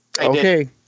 Okay